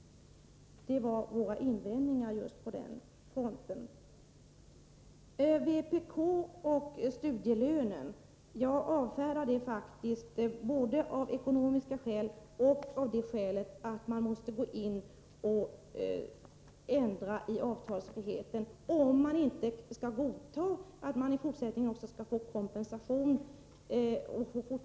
Det var våra invändningar på den punkten. Sedan till vpk och frågan om studielönen. Jag avfärdar faktiskt vpk:s förslag både av ekonomiska skäl och av det skälet att man måste ändra i avtalsfriheten om man inte kan godta att även i fortsättningen ha kompensation.